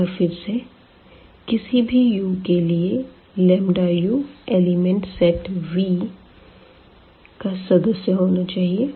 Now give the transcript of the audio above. एक बार फिर से किसी भी u के लिए u एलिमेंट सेट V का सदस्य होना चाहिए